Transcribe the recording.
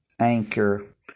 anchor